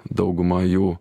dauguma jų